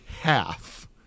half